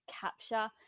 capture